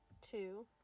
two